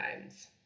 times